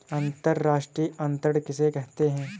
अंतर्राष्ट्रीय अंतरण किसे कहते हैं?